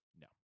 No